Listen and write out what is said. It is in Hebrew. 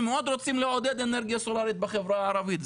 אנחנו מאוד רוצים לעודד אנרגיה סולארית בחברה הערבית.